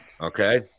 Okay